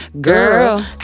Girl